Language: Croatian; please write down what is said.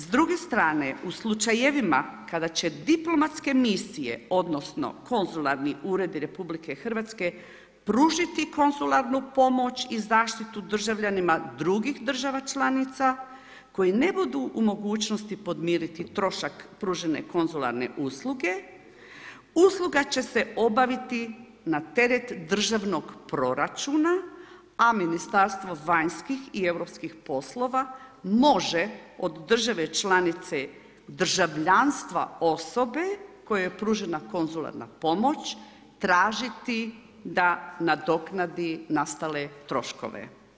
S druge strane u slučajevima kada će diplomatske misije odnosno konzularni uredi RH pružiti konzularnu pomoć i zaštitu državljanima drugih država članica koji ne budu u mogućnosti podmiriti trošak pružene konzularne usluge, usluga će se obaviti na teret državnog proračuna, a Ministarstvo vanjskih i europskih poslova može od države članice državljanstva osobe kojoj je pružena konzularna pomoć tražiti da nadoknadi nastale troškove.